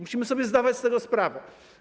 Musimy sobie zdawać z tego sprawę.